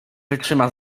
wytrzyma